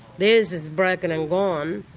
theirs is broken and gone,